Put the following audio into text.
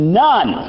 none